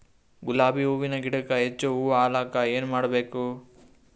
ಗುಲಾಬಿ ಹೂವಿನ ಗಿಡಕ್ಕ ಹೆಚ್ಚ ಹೂವಾ ಆಲಕ ಏನ ಮಾಡಬೇಕು?